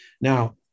Now